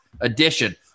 edition